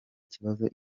kibazo